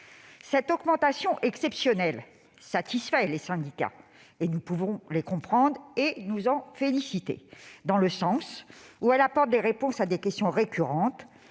Cette augmentation « exceptionnelle » satisfait les syndicats. Nous pouvons le comprendre et nous en féliciter, dans le sens où elle apporte des réponses à des questions récurrentes.